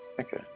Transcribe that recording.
Okay